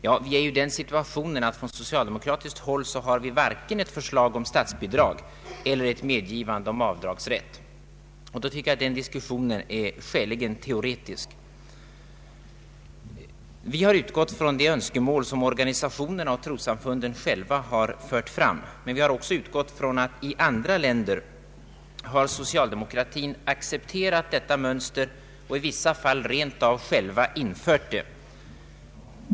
Vi befinner oss i den situationen att vi från socialdemokratiskt håll varken har fått ett förslag om statsbidrag eller ett medgivande om avdragsrätt. Jag tycker då att den diskussionen är skäligen teoretisk. Vi har utgått från det önskemål som organisationerna och trossamfunden själva har fört fram, men vi har även utgått från att socialdemokratin i andra länder har accepterat detta mönster och i vissa fall rent av själv har infört det.